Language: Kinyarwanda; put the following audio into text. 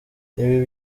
ibi